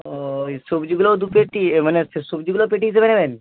ওই সবজিগুলোও দু পেটি মানে হচ্ছে সবজিগুলোও পেটি হিসাবে নেবেন